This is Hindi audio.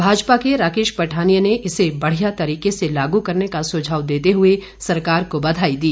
भाजपा के राकेश पठानिया ने इसे बढिया तरीके से लाग करने का सुझाव देते हए सरकार को बधाई दी